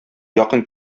якын